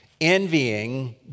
envying